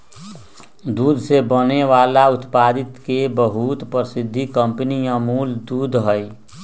दूध से बने वाला उत्पादित के बहुत प्रसिद्ध कंपनी अमूल दूध हई